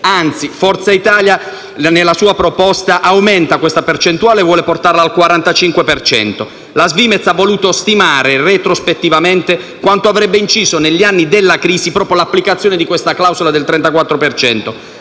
anzi, Forza Italia nella sua proposta aumenta questa percentuale e vuole portarla al 45 per cento. La Svimez ha voluto stimare retrospettivamente quanto avrebbe inciso, negli anni della crisi, l'applicazione di questa clausola del 34